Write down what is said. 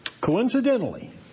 coincidentally